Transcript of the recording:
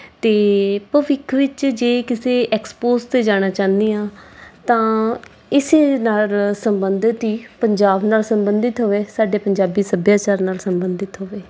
ਅਤੇ ਭਵਿੱਖ ਵਿੱਚ ਜੇ ਕਿਸੇ ਐਕਸਪੋਜ਼ 'ਤੇ ਜਾਣਾ ਚਾਹੁੰਦੇ ਹਾਂ ਤਾਂ ਇਸੇ ਨਾਲ ਸੰਬੰਧਿਤ ਹੀ ਪੰਜਾਬ ਨਾਲ ਸੰਬੰਧਿਤ ਹੋਵੇ ਸਾਡੇ ਪੰਜਾਬੀ ਸੱਭਿਆਚਾਰ ਨਾਲ ਸੰਬੰਧਿਤ ਹੋਵੇ